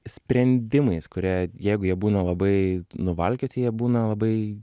sprendimais kurie jeigu jie būna labai nuvalkioti jie būna labai